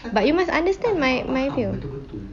but you must understand my my feel